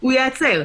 הוא ייעצר,